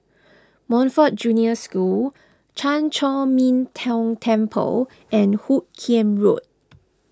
Montfort Junior School Chan Chor Min Tong Temple and Hoot Kiam Road